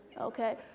okay